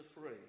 free